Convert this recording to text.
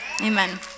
Amen